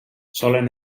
solen